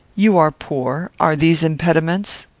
you are poor are these impediments?